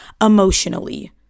emotionally